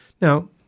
Now